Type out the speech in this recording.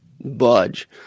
budge